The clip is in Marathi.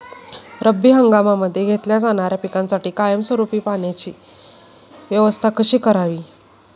रब्बी हंगामामध्ये घेतल्या जाणाऱ्या पिकांसाठी कायमस्वरूपी पाण्याची व्यवस्था कशी करावी?